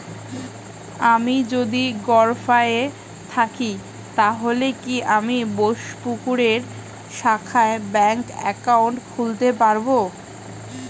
আমি যদি গরফায়ে থাকি তাহলে কি আমি বোসপুকুরের শাখায় ব্যঙ্ক একাউন্ট খুলতে পারবো?